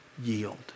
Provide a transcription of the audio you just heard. Yield